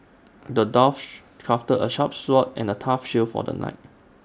the dwarf crafted A sharp sword and A tough shield for the knight